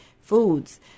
foods